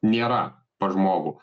nėra pas žmogų